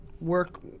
work